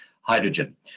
hydrogen